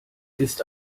ist